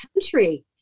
country